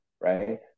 right